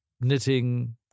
knitting